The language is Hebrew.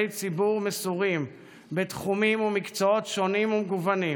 ציבור מסורים בתחומים ומקצועות שונים ומגוונים,